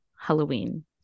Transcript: Halloween